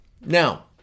now